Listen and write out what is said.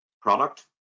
product